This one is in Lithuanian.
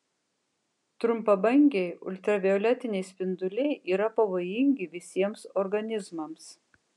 trumpabangiai ultravioletiniai spinduliai yra pavojingi visiems organizmams